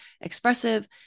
expressive